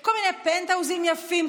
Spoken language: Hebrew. כל מיני פנטהאוזים יפים,